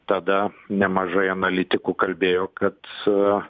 tada nemažai analitikų kalbėjo kad